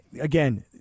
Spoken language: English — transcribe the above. Again